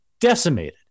decimated